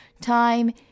time